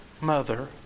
mother